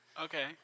Okay